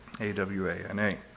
A-W-A-N-A